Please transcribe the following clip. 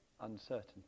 uncertainty